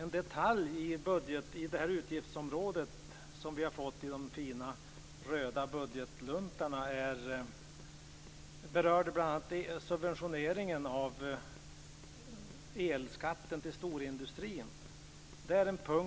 En detalj i det utgiftsområde som redovisas i de röda fina budgetluntor som vi har fått berör bl.a. subventioneringen av elskatten för storindustrin. Det är bara